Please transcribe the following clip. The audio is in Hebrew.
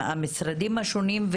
למשרדים השונים,